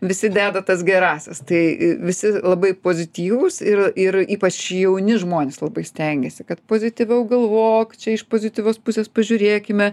visi deda tas gerąsias tai visi labai pozityvūs ir ir ypač jauni žmonės labai stengiasi kad pozityviau galvok čia iš pozityvios pusės pažiūrėkime